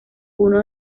uno